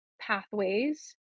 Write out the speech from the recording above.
pathways